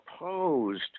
opposed